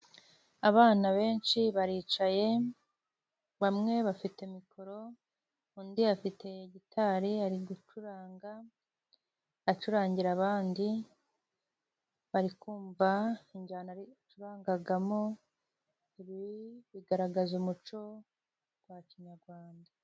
Abana benshi baricaye, bamwe bafite mikoro ,undi afite gitari ari gucuranga, acurangira abandi bari kumva injyana ari gucurangamo, ibi bigaragaza umuco wa kinyarwanda.